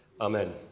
Amen